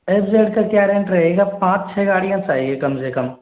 F Z का क्या rent रहेगा पाँच छ गाड़ियाँ चाहिए कम से कम